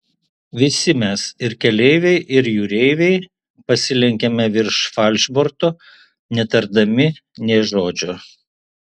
visi mes ir keleiviai ir jūreiviai pasilenkėme virš falšborto netardami nė žodžio